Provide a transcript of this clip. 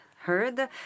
heard